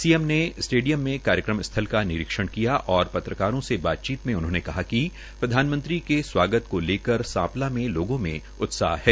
सी M ने stadium में कार्यक्रम स्थल का निरीक्षण किया और पत्रकारों से बातचीत में उन्होंने कहा कि प्रधानमंत्री के स्वागत को लेकर सांपला में लोगों में उत्साह है